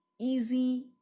easy